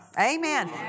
Amen